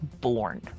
born